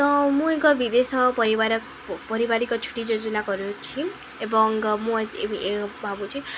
ତ ମୁଁ ଏକ ବିଦେଶ ପରିବାର ପରିବାରିକ ଛୁଟି ଯୋଜନା କରୁଅଛି ଏବଂ ମୁଁ ଭାବୁଛି